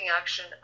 action